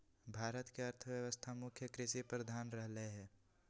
भारत के अर्थव्यवस्था मुख्य कृषि प्रधान रहलै ह